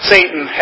Satan